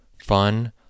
fun